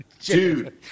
Dude